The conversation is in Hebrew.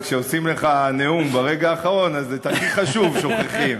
כשעושים לך נאום ברגע האחרון אז את הכי חשוב שוכחים.